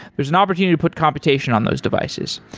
there's an opportunity to put computation on those devices,